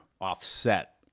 offset